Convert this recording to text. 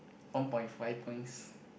one point five points